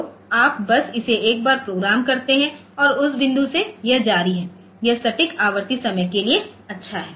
तो आप बस इसे एक बार प्रोग्राम करते हैं और उस बिंदु से यह जारी है यह सटीक आवर्ती समय के लिए अच्छा है